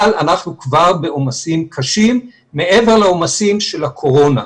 אבל אנחנו כבר בעומסים קשים מעבר לעומסים של הקורונה.